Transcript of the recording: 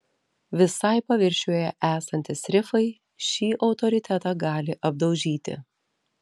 visai paviršiuje esantys rifai šį autoritetą gali apdaužyti